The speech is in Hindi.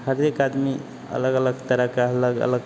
हर एक आदमी अलग अलग तरह का अलग अलग